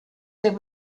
der